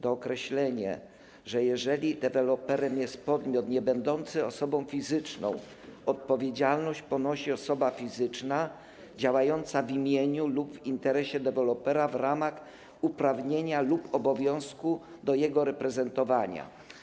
Dookreślono, że jeżeli deweloperem jest podmiot niebędący osobą fizyczną, odpowiedzialność ponosi osoba fizyczna działająca w imieniu lub w interesie dewelopera w ramach uprawnienia lub obowiązku do jego reprezentowania.